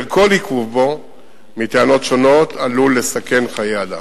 של קידום דרכי גישה לכל המקומות הקדושים לכל הדתות.